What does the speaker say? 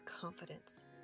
confidence